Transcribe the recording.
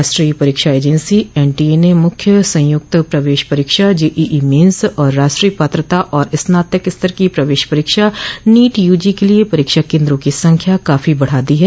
राष्ट्रीय परीक्षा agency NTA ने मुख्य संयुक्त प्रवेश परीक्षा जेईई मेन्स और राष्ट्रीय पात्रता और स्नातक स्तर की प्रवेश परीक्षा नीट यूजी के लिए परीक्षा केन्द्रों की संख्या काफी बढ़ा दी है